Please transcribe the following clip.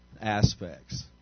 aspects